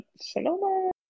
Sonoma